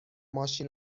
ماشین